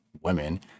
women